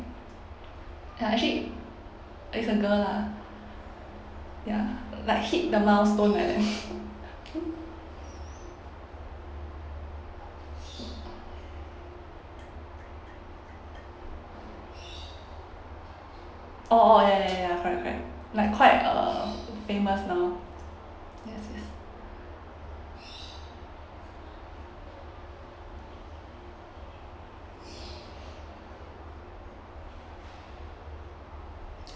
ya actually is a girl lah ya like hit the milestone like that orh orh ya ya ya ya correct correct like quite uh famous mah yes yes